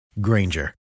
Granger